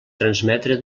transmetre